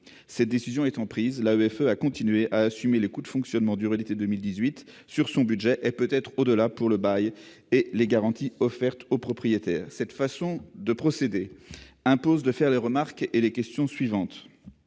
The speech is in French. Cette décision étant prise, l'AEFE a continué à assumer les coûts de fonctionnement sur son budget durant l'été 2018, et peut-être au-delà pour le bail et les garanties offertes au propriétaire. Cette manière de procéder impose de formuler les remarques et les questions suivantes.